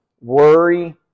worry